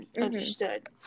understood